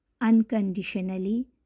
unconditionally